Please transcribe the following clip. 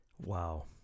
Wow